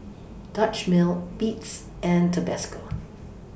Dutch Mill Beats and Tabasco